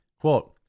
quote